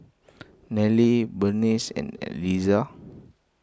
Nelie Burnice and Elizah